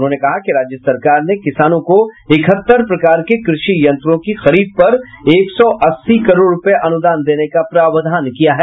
उन्होंने कहा कि राज्य सरकार ने किसानों को इकहत्तर प्रकार के कृषि यंत्रों की खरीद पर एक सौ अस्सी करोड़ रूपये अनुदान देने का प्रावधान किया है